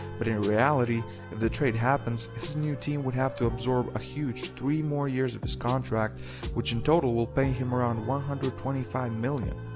but in reality if the trade happens, his new team would have to absorb a huge three more years of his contract which in total will pay him around one hundred and twenty five million.